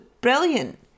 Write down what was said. brilliant